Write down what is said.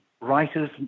writers